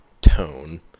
tone